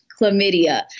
chlamydia